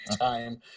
time